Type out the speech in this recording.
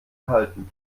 halten